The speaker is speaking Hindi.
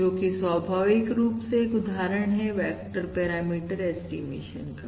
जो कि स्वाभाविक रूप से एक उदाहरण है वेक्टर पैरामीटर ऐस्टीमेशन का